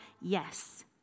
yes